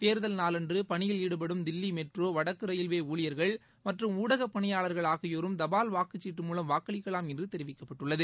தேர்தல் நாளன்று பனியில் ஈடுபடும் தில்லி மெட்ரோ வடக்கு ரயில்வே ஊழியர்கள் மற்றும் ஊடக பணியாளர்கள் ஆகியோரும் தபால் வாக்குச்சீட்டு மூலம் வாக்களிக்கவாம் என்று தெரிவிக்கப்பட்டுள்ளது